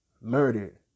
murdered